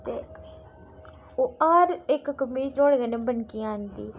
ते ओह् हर इक कमीज़ नुआढ़े कन्नै बनकी जंदी ही